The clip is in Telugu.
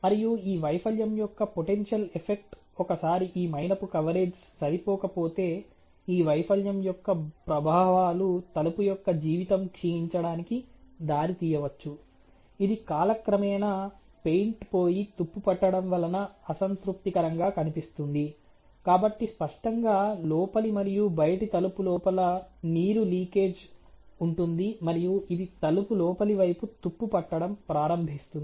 మరియు ఈ వైఫల్యం యొక్క పొటెన్షియల్ ఎఫెక్ట్ ఒకసారి ఈ మైనపు కవరేజ్ సరిపోకపోతే ఈ వైఫల్యం యొక్క ప్రభావాలు తలుపు యొక్క జీవితం క్షీణించడానికి దారితీయవచ్చు ఇది కాలక్రమేణా పెయింట్ పోయి తుప్పు పట్టడం వలన అసంతృప్తికరంగా కనిపిస్తుంది కాబట్టి స్పష్టంగా లోపలి మరియు బయటి తలుపు లోపల నీరు లీకేజ్ ఉంటుంది మరియు ఇది తలుపు లోపలి వైపు తుప్పు పట్టడం ప్రారంభిస్తుంది